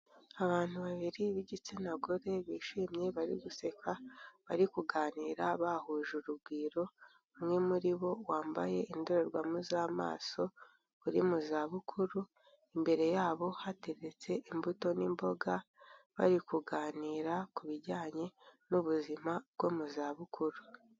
Abantu babiri b'igitsina gore bishimye bari guseka bari kuganira bahuje urugwiro, umwe muri bo wambaye indorerwamo z'amaso uri mu za bukuru, imbere yabo hateretse imbuto n'imboga bari kuganira ku bijyanye n'ubuzima bwo mu za bukuru.